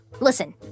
Listen